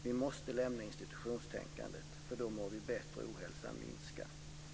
Vi måste lämna institutionstänkandet, för då mår vi bättre och ohälsan minskar.